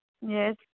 yes